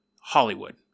Hollywood